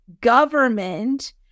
government